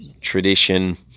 tradition